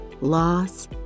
loss